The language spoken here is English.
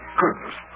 goodness